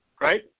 right